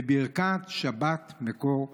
בברכת שבת מקור הברכה.